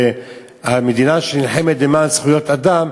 במדינה שנלחמת למען זכויות אדם,